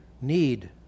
need